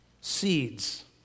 Seeds